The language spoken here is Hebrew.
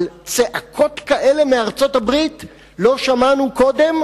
אבל צעקות כאלה מארצות-הברית לא שמענו קודם,